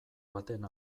baten